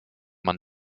man